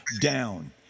down